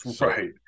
Right